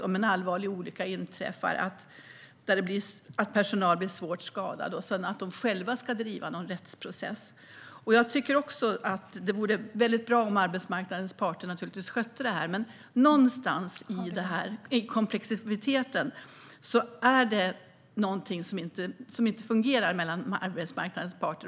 Om en allvarlig olycka inträffar och personal blir svårt skadad kan det inte vara meningen att de själva ska driva en rättsprocess. Det vore bra om arbetsmarknadens parter skötte detta, men i denna komplexitet är det något som inte fungerar mellan arbetsmarknadens parter.